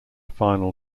final